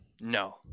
No